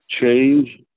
change